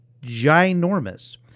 ginormous